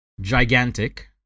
gigantic